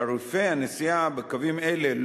תעריפי הנסיעה בקווים אלה,